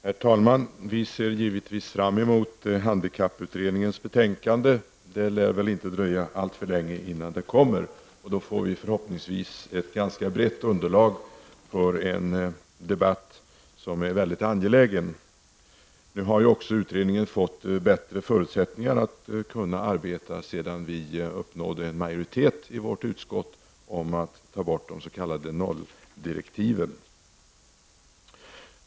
Herr talman! Vi moderater ser givetvis fram emot handikapputredningens betänkande. Det lär väl inte dröja alltför länge innan den kommer. Då får vi förhoppningsvis ett brett underlag för en debatt som är mycket angelägen. Nu har också utredningen fått bättre förutsättningar att kunna arbeta sedan vi uppnådde en majoritet i utskottet om att ta bort de s.k. nolldirektiven.